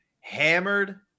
hammered